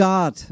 God